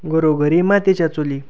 घरोघरी मातीच्या चुली